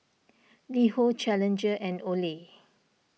LiHo Challenger and Olay